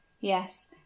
Yes